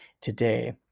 today